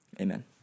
Amen